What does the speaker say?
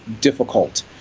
difficult